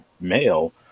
male